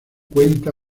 cuenta